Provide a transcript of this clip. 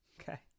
Okay